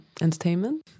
Entertainment